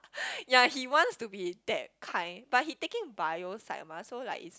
yea he wants to be that kind but he taking bio side mah so like is